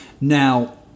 Now